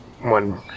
one